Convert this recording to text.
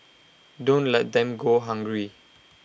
don't let them go hungry